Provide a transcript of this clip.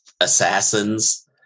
assassins